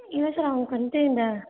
இல்லை சார் அவனுக்கு வந்துட்டு இந்த